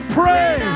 pray